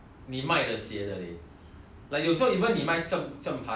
like you sell 你卖正正牌 hor like you sell the real one right